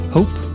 Hope